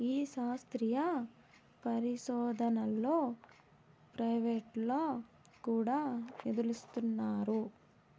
ఈ శాస్త్రీయ పరిశోదనలో ప్రైవేటోల్లు కూడా నిదులిస్తున్నారు